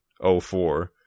04